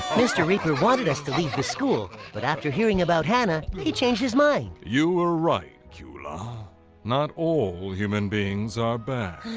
mr. reaper wanted us to leave the school but after hearing about hanah, he changed his mind you were right, cula not all humans beings are bad.